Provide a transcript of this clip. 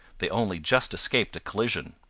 they only just escaped a collision.